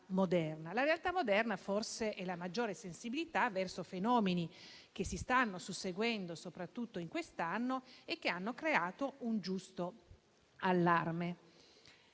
La realtà moderna forse è la maggiore sensibilità verso fenomeni che si stanno susseguendo, soprattutto in quest'anno, e che hanno creato un giusto allarme.